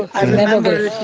i remember